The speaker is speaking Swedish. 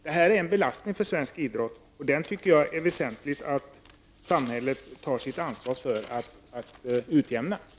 Detta är en belastning för svensk idrott, och jag anser att det är väsentligt att samhället tar sitt ansvar för att utjämna den.